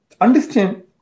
understand